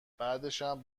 بعدشم